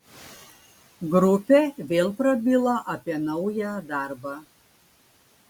grupė vėl prabilo apie naują darbą